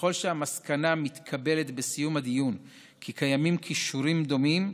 ככל שהמסקנה המתקבלת בסיום הדיון היא כי קיימים כישורים דומים,